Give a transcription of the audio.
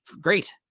Great